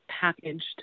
packaged